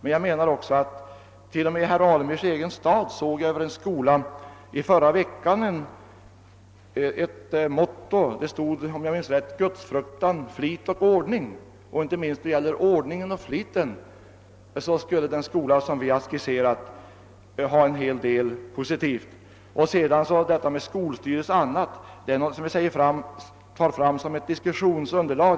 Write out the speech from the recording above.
I herr Alemyrs egen stad såg jag i förra veckan på en skola ett motto »Gudsfruktan, flit och ordning». Inte minst när det gäller ordning och flit skulle den skola vi har skisserat innebära en hel del positivt. Detta om skolstyrelsen osv. är något vi tar upp som ett diskussionsun derlag.